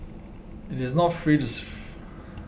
it is not safe to freeze